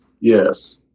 Yes